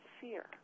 fear